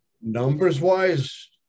numbers-wise